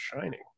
shining